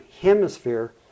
hemisphere